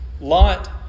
Lot